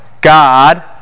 God